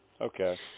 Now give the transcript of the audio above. Okay